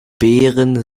beeren